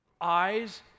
Eyes